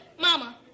Mama